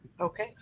Okay